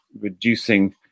reducing